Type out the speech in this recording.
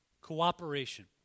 Cooperation